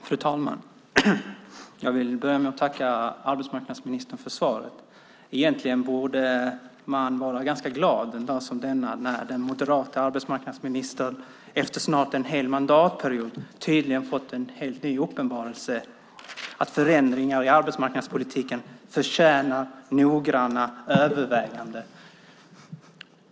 Fru talman! Jag vill börja med att tacka arbetsmarknadsministern för svaret. Egentligen borde man vara ganska glad en dag som denna när den moderata arbetsmarknadsministern efter snart en hel mandatperiod tydligen fått en helt ny uppenbarelse, att förändringar i arbetsmarknadspolitiken förtjänar noggranna överväganden.